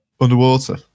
underwater